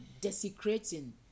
desecrating